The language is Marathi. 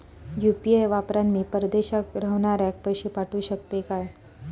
यू.पी.आय वापरान मी परदेशाक रव्हनाऱ्याक पैशे पाठवु शकतय काय?